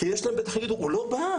כי אז הם בטח יגידו 'הוא לא בא,